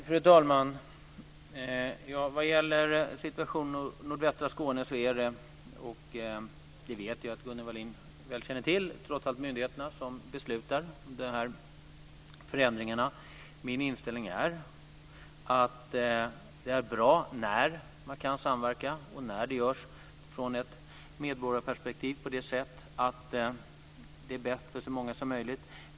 Fru talman! När det gäller situationen i nordvästra Skåne är min inställning att det är bra om man kan samverka och om det görs från ett medborgarperspektiv så att det blir bäst för så många som möjligt.